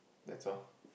that's all